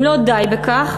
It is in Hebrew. אם לא די בכך,